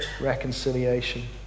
reconciliation